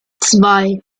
zwei